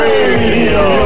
Radio